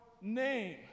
name